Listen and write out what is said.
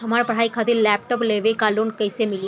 हमार पढ़ाई खातिर लैपटाप लेवे ला लोन कैसे मिली?